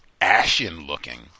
ashen-looking